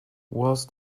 was